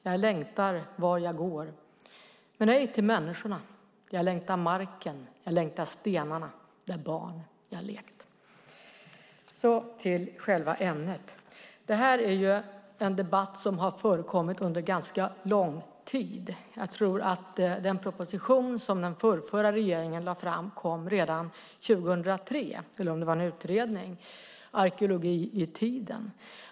Jag längtar, var jag går - men ej till människor! Jag längtar marken, jag längtar stenarna där barn jag lekt. Så till själva ämnet. Det här är ju en debatt som har förekommit under ganska lång tid. Jag tror att den proposition som den förrförra regeringen lade fram kom redan 2003 - eller om det var en utredning - Arkeologi i tiden .